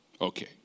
Okay